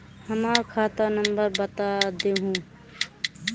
हमर खाता नंबर बता देहु?